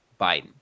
biden